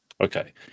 Okay